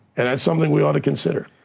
and that's something we ought to consider.